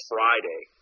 Friday